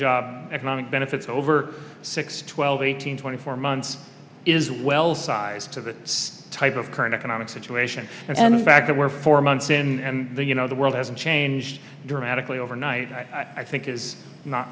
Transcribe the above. job economic benefits over six twelve eighteen twenty four months is well sized to that type of current economic situation and the fact that we're four months in and the you know the world has changed dramatically overnight i think is not